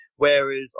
Whereas